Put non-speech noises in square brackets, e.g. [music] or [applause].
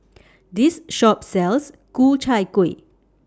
[noise] This Shop sells Ku Chai Kueh